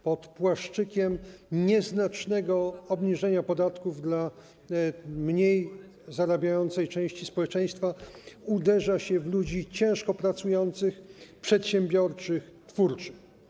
Pod płaszczykiem nieznacznego obniżenia podatków dla mniej zarabiającej części społeczeństwa uderza się w ludzi ciężko pracujących, przedsiębiorczych, twórczych.